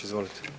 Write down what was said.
Izvolite.